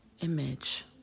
image